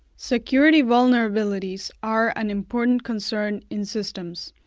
security vulnerabilities are an important concern in systems.